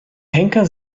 henker